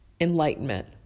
enlightenment